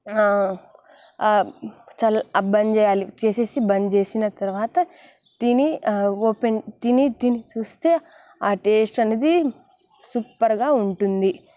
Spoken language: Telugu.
చల్ల బంద్ చేయాలి చేసేసి బంద్ చేసిన తరువాత తిని ఓపెన్ తిని తిని చూస్తే ఆ టేస్ట్ అనేది సూపర్గా ఉంటుంది